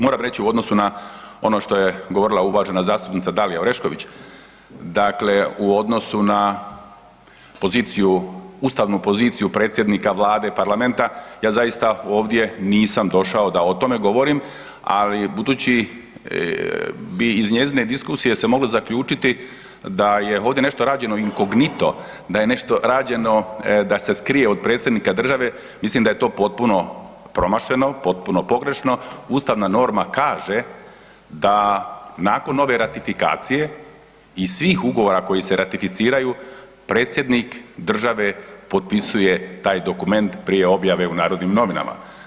Moramo reći u odnosu na ono što je govorila uvažena zastupnica Dalija Orešković, dakle u odnosu na poziciju, ustavnu poziciju predsjednika Vlade, parlamenta, ja zaista ovdje nisam došao da o tome govorim, ali budući bi iz njezine diskusije se moglo zaključiti da je ovdje nešto rađeno inkognito, da je nešto rađeno, da se skrije od predsjednika države, mislim da je to potpuno promašeno, potpuno pogrešno, ustavna norma kaže da nakon ove ratifikacija i svih ugovora koji se ratificiraju, predsjednik države potpisuje taj dokument prije objave u Narodnim novinama.